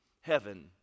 heaven